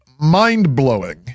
mind-blowing